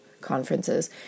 conferences